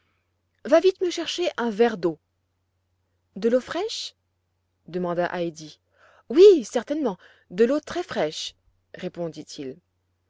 va vite me chercher un verre d'eau de l'eau fraîche demanda heidi oui certainement de l'eau très fraîche répondit-il